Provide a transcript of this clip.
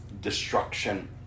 destruction